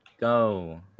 Go